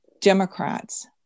Democrats